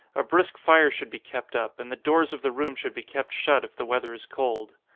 a brisk fire should be kept up, and the doors of the room should be kept shut, if the weather is cold.